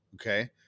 Okay